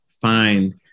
find